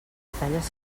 batalles